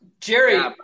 Jerry